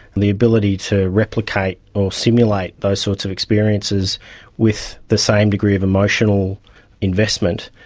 the ability to replicate or simulate those sorts of experiences with the same degree of emotional investment,